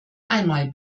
einmal